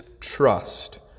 trust